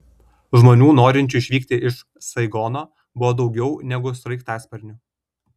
žmonių norinčių išvykti iš saigono buvo daugiau negu sraigtasparnių